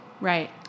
Right